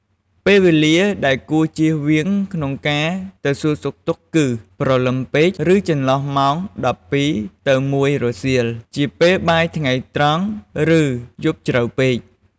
ពេលវេលាដែលគួរជៀសវាងក្នុងការទៅសួរសុខទុក្ខគឺ ព្រលឹមពេក ឬ ចន្លោះម៉ោង ១២ ទៅ ១ រសៀល ជាពេលបាយថ្ងៃត្រង់ ឬ យប់ជ្រៅពេក។